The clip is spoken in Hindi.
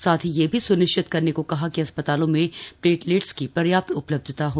साथ ही यह भी स्निश्चित करने को कहा कि अस्पतालों में प्लेटलेट्स की पर्याप्त उपलब्धता हो